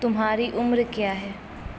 تمہاری عمر کیا ہے